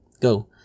Go